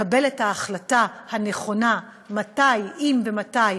לקבל את ההחלטה הנכונה אם ומתי